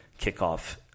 kickoff